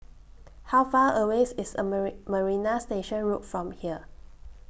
How Far away IS A Marie Marina Station Road from here